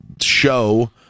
show